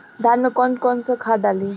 धान में कौन कौनखाद डाली?